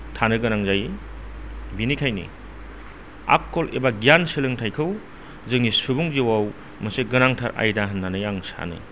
थानो गोनां जायो बेनिखायनो आखल एबा गियान सोलोंथायखौ जोंनि सुबुं जिउआव मोनसे गोनांथार आयदा होननानै आं सानो